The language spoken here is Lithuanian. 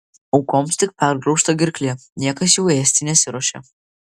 aukoms tik pergraužta gerklė niekas jų ėsti nesiruošė